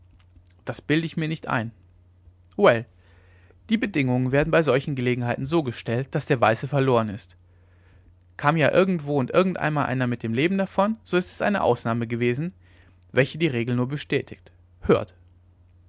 das bilde ich mir nicht ein well die bedingungen werden bei solchen gelegenheiten so gestellt daß der weiße verloren ist kam ja irgendwo und irgendeinmal einer mit dem leben davon so ist es eine ausnahme gewesen welche die regel nur bestätigt hört